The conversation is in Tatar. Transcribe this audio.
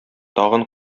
тагын